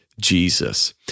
Jesus